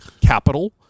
capital